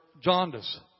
jaundice